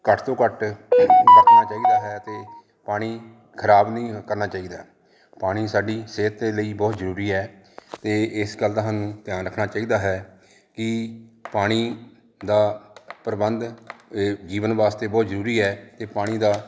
ਘੱਟ ਤੋਂ ਘੱਟ ਵਰਤਣਾ ਚਾਹੀਦਾ ਹੈ ਤੇ ਪਾਣੀ ਖਰਾਬ ਨਹੀਂ ਕਰਨਾ ਚਾਹੀਦਾ ਪਾਣੀ ਸਾਡੀ ਸਿਹਤ ਦੇ ਲਈ ਬਹੁਤ ਜਰੂਰੀ ਹੈ ਤੇ ਇਸ ਗੱਲ ਦਾ ਸਾਨੂੰ ਧਿਆਨ ਰੱਖਣਾ ਚਾਹੀਦਾ ਹੈ ਕਿ ਪਾਣੀ ਦਾ ਪ੍ਰਬੰਧ ਜੀਵਨ ਵਾਸਤੇ ਬਹੁਤ ਜਰੂਰੀ ਹੈ ਤੇ ਪਾਣੀ ਦਾ